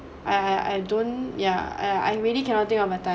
I I I don't yeah I I really cannot think of a time